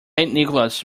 nicholas